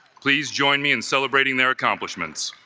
please join me in celebrating their accomplishments